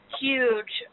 huge